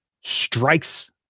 strikes